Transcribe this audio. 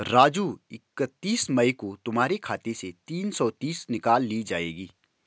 राजू इकतीस मई को तुम्हारे खाते से तीन सौ तीस निकाल ली जाएगी